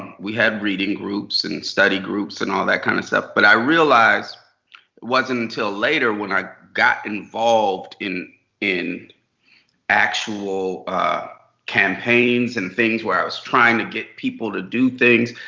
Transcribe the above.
we had reading groups and and study groups and all that kind of stuff. but i realized it wasn't until later, when i got involved in in actual campaigns and things where i was trying to get people to do things,